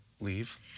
leave